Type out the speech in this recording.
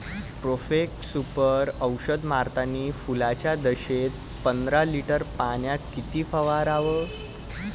Profex Super औषध मारतानी फुलाच्या दशेत पंदरा लिटर पाण्यात किती फवाराव?